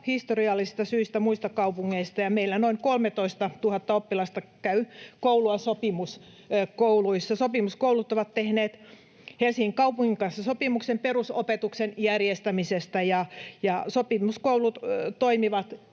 historiallisista syistä muista kaupungeista, ja meillä noin 13 000 oppilasta käy koulua sopimuskouluissa. Sopimuskoulut ovat tehneet Helsingin kaupungin kanssa sopimuksen perusopetuksen järjestämisestä. Sopimuskoulut toimivat